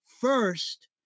first